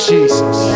Jesus